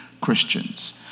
Christians